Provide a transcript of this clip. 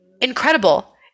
incredible